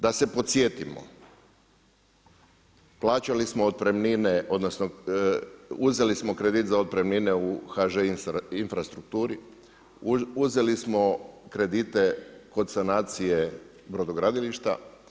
Da se podsjetimo plaćali smo otpremnine, odnosno uzeli smo kredit za otpremnine u HŽ infrastrukturi, uzeli smo kredite kod sanacije brodogradilišta.